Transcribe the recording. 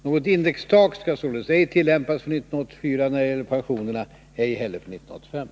Något indextak skall således ej tillämpas för 1984 när det gäller pensionerna, ej heller för 1985.